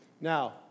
now